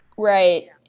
Right